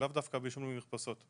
ולאו דווקא בעישון במרפסות.